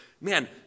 Man